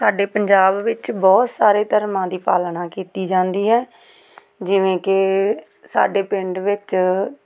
ਸਾਡੇ ਪੰਜਾਬ ਵਿੱਚ ਬਹੁਤ ਸਾਰੇ ਧਰਮਾਂ ਦੀ ਪਾਲਣਾ ਕੀਤੀ ਜਾਂਦੀ ਹੈ ਜਿਵੇਂ ਕਿ ਸਾਡੇ ਪਿੰਡ ਵਿੱਚ